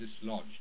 dislodged